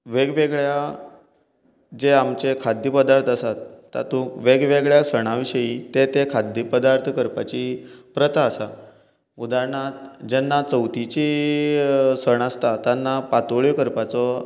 वेगवेगळ्या जे आमचे खाद्य पदार्थ आसात तातूंत वेगवेगळ्या सणां विशयी तें तें खाद्य पदार्थ करपाची प्रथा आसा उदाहरणांत जेन्ना चवथीची सण आसता तेन्ना पातोळ्यो करपाचो